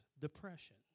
depression